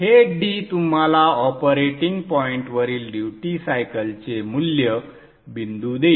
हे d तुम्हाला operating पॉइंटवरील ड्युटी सायकलचे मूल्य बिंदू देईल